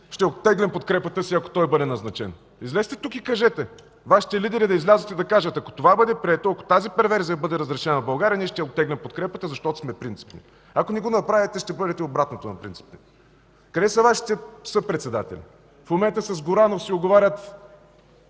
„Ще оттеглим подкрепата си, ако той бъде назначен”. Излезте тук и кажете! Вашите лидери да излязат тук и да кажат: „Ако това бъде прието, ако тази перверзия бъде разрешена в България, ние ще оттеглим подкрепата, защото сме принципни”. Ако не го направите, ще бъдете обратното на принципни. Къде са Вашите съпредседатели? В момента с Горанов се уговарят